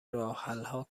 راهحلها